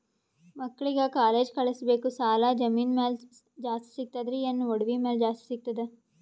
ಮಕ್ಕಳಿಗ ಕಾಲೇಜ್ ಕಳಸಬೇಕು, ಸಾಲ ಜಮೀನ ಮ್ಯಾಲ ಜಾಸ್ತಿ ಸಿಗ್ತದ್ರಿ, ಏನ ಒಡವಿ ಮ್ಯಾಲ ಜಾಸ್ತಿ ಸಿಗತದ?